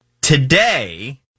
Today